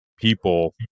people